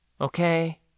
okay